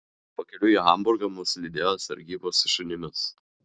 pakeliui į hamburgą mus lydėjo sargyba su šunimis